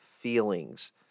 feelings